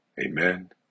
amen